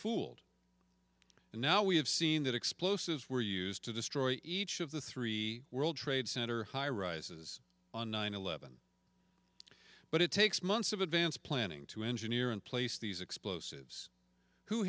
fooled and now we have seen that explosives were used to destroy each of the three world trade center high rises on nine eleven but it takes months of advanced planning to engineer in place these explosives who